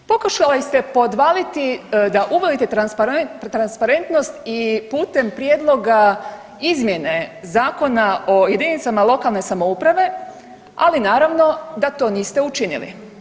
Pokušavali su se podvaliti da uvodite transparentnost i putem prijedloga izmjene Zakona o jedinicama lokalne samouprave, ali naravno da to niste učinili.